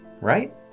right